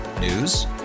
News